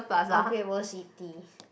or Great-World-City